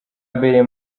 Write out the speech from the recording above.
mbere